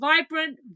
vibrant